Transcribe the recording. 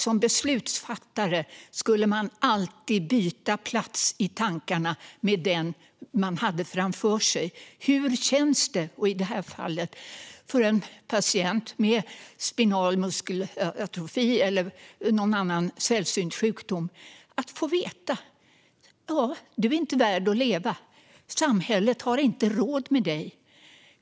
Som beslutsfattare skulle man alltid byta plats i tankarna med den man hade framför sig. Hur känns det, i det här fallet för en patient med spinal muskelatrofi eller någon annan sällsynt sjukdom, att få veta att du inte är värd att få leva, att samhället inte har råd med dig?